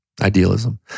idealism